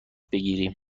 بگیریم